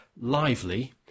lively